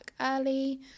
early